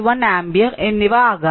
51 ampere എന്നിവ ആകാം